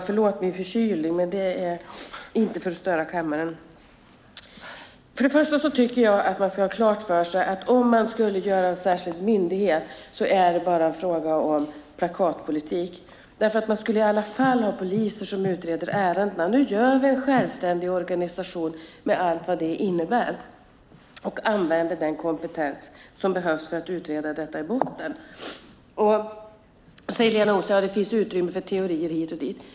Herr talman! Man ska ha klart för sig att om man skulle göra en särskild myndighet så är det bara en fråga om plakatpolitik, för det skulle i alla fall vara poliser som utreder ärendena. Nu gör vi en självständig organisation med allt vad det innebär och använder den kompetens som behövs för att utreda detta i botten. Lena Olsson säger att det nu finns utrymme för teorier hit och dit.